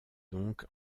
donc